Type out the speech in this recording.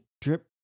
drip